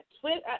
Twitter